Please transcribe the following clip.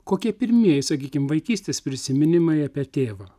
kokie pirmieji sakykim vaikystės prisiminimai apie tėvą